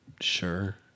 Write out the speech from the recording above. Sure